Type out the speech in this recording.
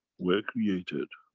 were created,